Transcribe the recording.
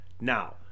Now